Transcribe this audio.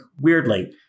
weirdly